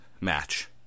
match